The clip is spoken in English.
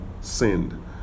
sinned